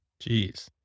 Jeez